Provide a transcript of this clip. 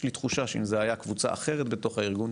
יש לי תחושה שאם זה היה קבוצה אחרת בתוך הארגון,